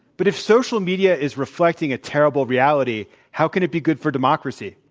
but if social media is reflecting a terrible reality how could it be good for democracy?